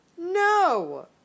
No